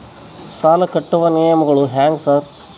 ಸಾಲ ಕಟ್ಟುವ ನಿಯಮಗಳು ಹ್ಯಾಂಗ್ ಸಾರ್?